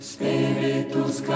Spiritus